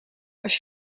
als